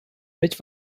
which